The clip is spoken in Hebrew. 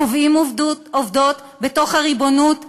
קובעים עובדות בתוך הריבונות הישראלית,